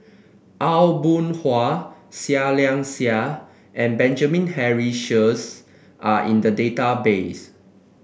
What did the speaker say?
Aw Boon Haw Seah Liang Seah and Benjamin Henry Sheares are in the database